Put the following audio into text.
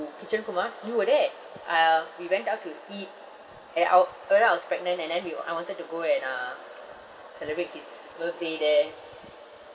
to Kitchen Kumars you were there uh we went out to eat eh out that time I was pregnant and then we I wanted to go and uh celebrate his birthday there